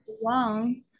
one